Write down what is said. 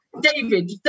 David